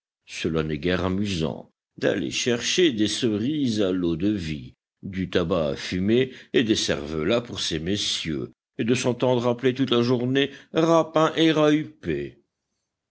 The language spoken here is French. cela n'est guère amusant d'aller chercher des cerises à l'eau-de-vie du tabac à fumer et des cervelas pour ces messieurs et de s'entendre appeler toute la journée rapin